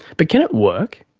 but can it work?